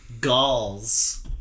galls